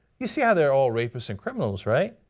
you see how they are all rapists and criminals, right?